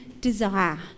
desire